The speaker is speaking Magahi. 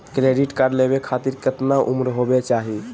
क्रेडिट कार्ड लेवे खातीर कतना उम्र होवे चाही?